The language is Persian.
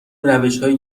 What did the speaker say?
روشهایی